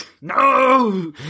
No